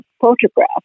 photograph